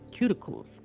cuticles